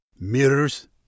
Mirrors